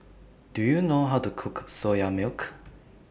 Do YOU know How to Cook Soya Milk